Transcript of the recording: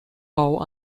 how